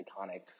Iconic